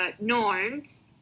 norms